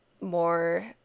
More